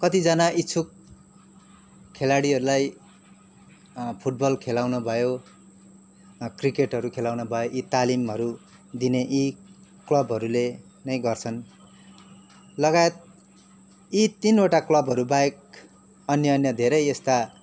कतिजना इच्छुक खेलाडीहरूलाई फुटबल खेलाउन भयो क्रिकेटहरू खेलाउन भयो यी तालीमहरू दिने यी क्लबहरूले नै गर्छन् लगायत यी तिनवटा क्लबहरू बाहेक अन्य अन्य धेरै यस्ता